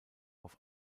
auf